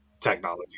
technology